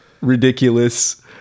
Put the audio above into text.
ridiculous